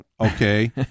okay